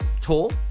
tall